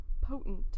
potent